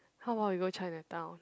how bout we go Chinatown